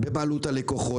בבעלות הלקוחות.